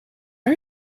are